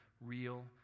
real